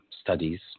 studies